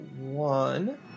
one